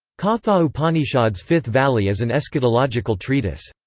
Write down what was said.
katha upanishad's fifth valli is an eschatological treatise.